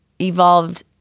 evolved